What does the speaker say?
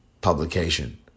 publication